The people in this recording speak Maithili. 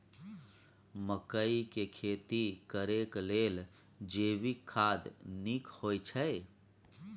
मकई के खेती करेक लेल जैविक खाद नीक होयछै?